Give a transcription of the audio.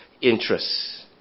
interests